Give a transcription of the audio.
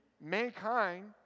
mankind